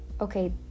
Okay